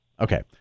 Okay